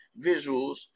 visuals